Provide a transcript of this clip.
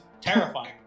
terrifying